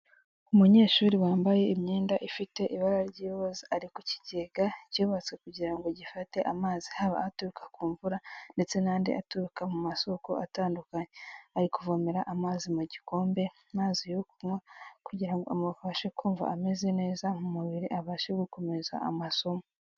Umunyeshuri wambaye imyenda ifite ibara ry'iroza ari ku ikigega cyubatswe kugira ngo gifate amazi haba aturuka ku mvura ndetse n'andi aturuka mu masoko atandukanye, ari kuvomera amazi mu gikombe, amazi yo kunywa kugira ngo amufashe kumva ameze neza mu mubiri abashe gukomeza amasomo.